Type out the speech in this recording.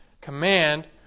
command